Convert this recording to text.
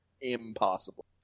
impossible